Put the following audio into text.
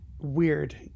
weird